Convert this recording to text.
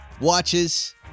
Watches